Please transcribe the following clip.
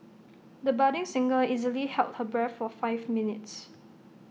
the budding singer easily held her breath for five minutes